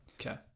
Okay